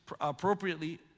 appropriately